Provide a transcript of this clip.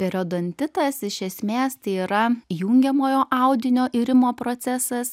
periodontitas iš esmės tai yra jungiamojo audinio irimo procesas